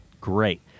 great